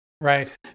Right